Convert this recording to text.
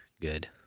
good